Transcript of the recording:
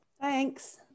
Thanks